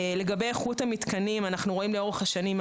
לגבי איכות המתקנים: לאורך השנים אנחנו